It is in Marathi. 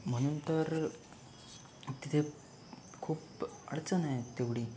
म्हणून तर तिथे खूप अडचण आहे तेवढी